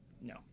no